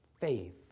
faith